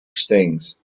stings